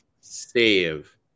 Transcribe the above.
save